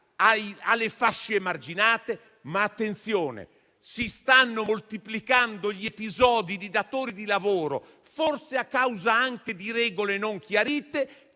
alle fasce emarginate, ma attenzione: si stanno moltiplicando gli episodi di datori di lavoro che, forse anche a causa di regole non chiarite,